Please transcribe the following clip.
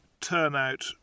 turnout